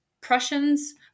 Prussians